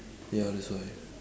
ya that's why